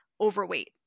overweight